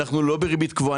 אנחנו לא בריבית קבועה,